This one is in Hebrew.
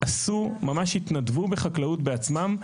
ממש התנדבו בחקלאות בעצמם.